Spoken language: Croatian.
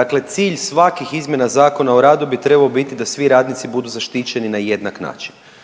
dakle cilj svakih izmjena Zakona o radu bi trebao biti da svi radnici budu zaštićeni na jednak način.